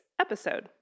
episode